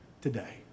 today